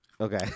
Okay